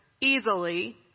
easily